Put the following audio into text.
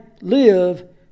live